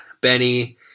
Benny